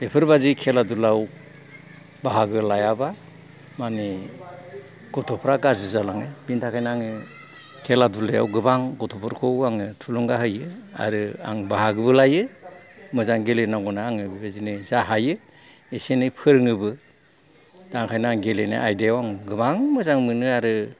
बेफोरबायदि खेला दुलायाव बाहागो लायाबा मानि गथ'फ्रा गाज्रि जालाङो बेनि थाखायनो आङो खेला दुलायाव गोबां गथ'फोरखौ आङो थुलंगा होयो आरो आं बाहागोबो लायो मोजां गेलेनांगौ होननानै आङो आरो जा हायो एसे एनै फोरोङोबो दा ओंखायनो आं गेलेनाय आयदायाव आं गोबां मोजां मोनो आरो